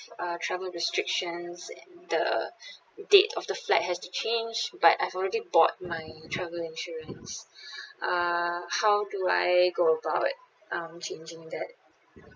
uh travel restrictions the date of the flight has to change but I've already bought my travel insurance uh how do I go about um changing that